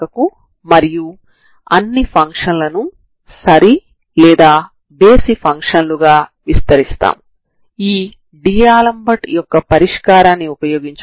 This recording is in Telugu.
ఇచ్చిన సమస్యకు u112fx ctfxct12cx ctxctgs ds అవుతుంది ఇది డి' ఆలెంబెర్ట్ పరిష్కారం మరియు ఇది నా u1 అవుతుంది